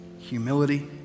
humility